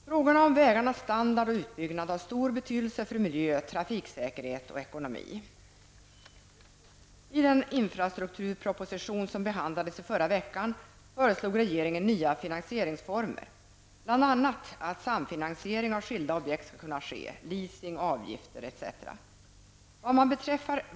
Frågorna om vägarnas standard och utbyggnad har stor betydelse för miljö, trafiksäkerhet och ekonomi. I den infrastrukturproposition som behandlades i förra veckan föreslog regeringen nya finansieringsformer, bl.a. att samfinansiering av skilda objekt skall kunna ske som leasing, avgifter m.m.